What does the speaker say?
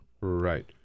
Right